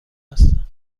هستم